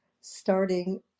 starting